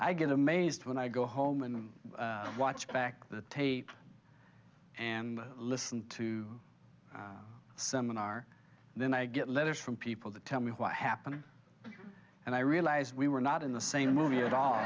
i get amazed when i go home and watch back the tape and listen to seminar then i get letters from people that tell me what happened and i realized we were not in the same movie at all